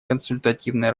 консультативной